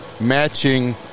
matching